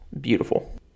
beautiful